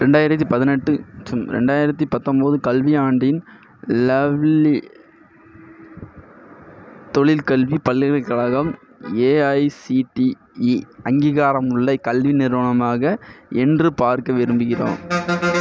ரெண்டாயிரத்து பதினெட்டு மற்றும் ரெண்டாயிரத்து பத்தொம்பது கல்வியாண்டின் லவ்லி தொழிற்கல்வி பல்கலைக்கழகம் ஏஐசிடிஇ அங்கீகாரமுள்ள கல்வி நிறுவனமாக என்று பார்க்க விரும்புகிறோம்